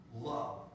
love